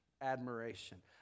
admiration